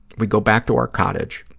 we go back to our cottage,